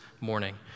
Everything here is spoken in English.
morning